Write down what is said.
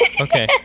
Okay